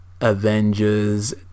Avengers